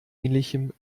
ähnlichem